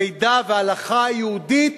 המידע וההלכה היהודית,